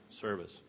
service